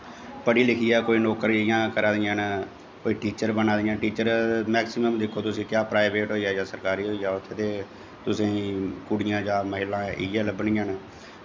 पढ़ी लिखियै कोई नौकरियां करा दियां न कोई टीचर बना दियां न टीचर तुस मैकसिमम दिक्खो तुस केह् प्राइवेट होई गेआ जां सरकारी होई गेआ उत्थें ते तुसेंगी कुड़ियां जां महिलां इ'यै लब्भनियां न